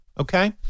okay